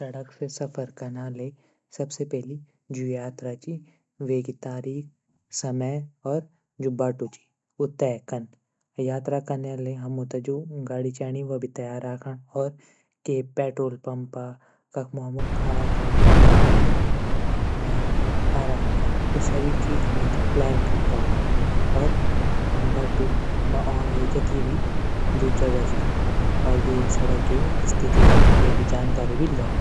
सडक से सफर कनाले सबसे पैली जू यात्रा च वेकी तारीख समय और जू बाटू च तय कन। यात्रा कनैले हमतै जू गाडी चैणी वा भी तैयार राखा कै पैट्रोल पंप कख मा हमन खाणू खाण च और कख मा हमन आराम कन ईं चीज हमतै प्लान कन पडली। बाटू मा आण वली जू भी जगह च और बाटू मा आण वाली सडक जू भी स्थिति च वेक जानकारी भी लीण